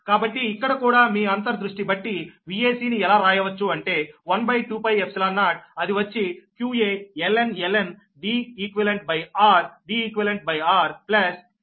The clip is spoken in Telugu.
కాబట్టి ఇక్కడ కూడా మీ అంతర్దృష్టి బట్టి Vac ని ఎలా రాయవచ్చు అంటే 12π0అది వచ్చి qaln Deqr Deqr qbln rDeq